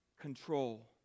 control